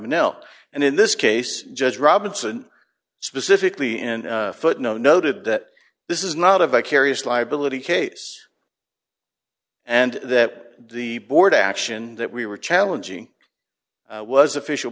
mel and in this case judge robinson specifically and foote no noted that this is not a vicarious liability case and that the board action that we were challenging was official